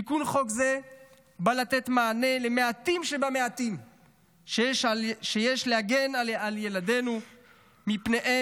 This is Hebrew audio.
תיקון חוק זה בא לתת מענה למעטים שבמעטים שיש להגן על ילדינו מפניהם,